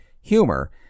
humor